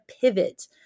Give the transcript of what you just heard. pivot